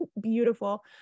beautiful